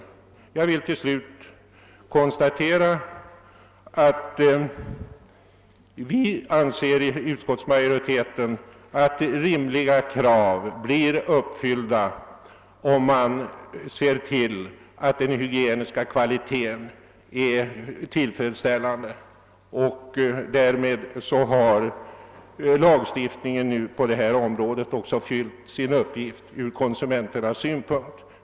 Vi anser inom utskottsmajoriteten alt rimliga krav blir uppfyllda, om man ser till att den hygieniska kvaliteten är tillfredsställande. Därmed har lagstiftningen på detta område också fyllt sin uppgift ur konsumenternas synpunkt.